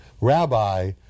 Rabbi